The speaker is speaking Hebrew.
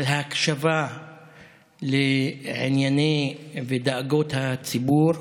על ההקשבה לדאגות ולענייני הציבור,